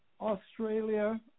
Australia